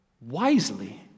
wisely